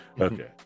Okay